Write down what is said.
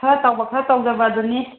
ꯈꯔ ꯇꯧꯕ ꯈꯔ ꯇꯧꯗꯕ ꯑꯗꯨꯅꯤ